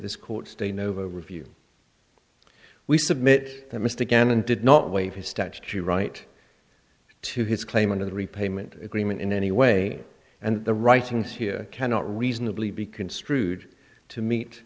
this court's de novo review we submit that mr gannon did not waive his statue right to his claim under the repayment agreement in any way and the writings here cannot reasonably be construed to meet